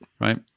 right